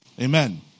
Amen